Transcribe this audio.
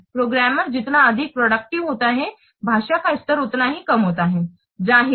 programmer जितना अधिक productive होता है भाषा का स्तर उतना ही कम होता है जाहिर है